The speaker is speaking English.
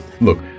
Look